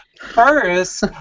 first